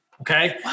Okay